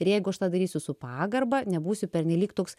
ir jeigu aš tą darysiu su pagarba nebūsiu pernelyg toks